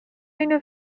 اینو